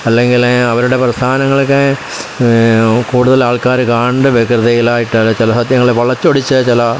അല്ലെങ്കിൽ അവരുടെ പ്രസ്ഥാനങ്ങൾക്ക് കൂടുതൽ ആൾക്കാർ കാണേണ്ട വ്യഗ്രതയിലായിട്ട് അവർ ചില സത്യങ്ങൾ വളച്ചു ഒടിച്ച് ചില